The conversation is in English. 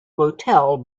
motel